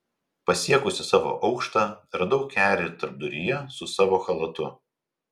pasiekusi savo aukštą radau kerį tarpduryje su savu chalatu